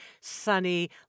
sunny